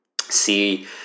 See